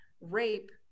rape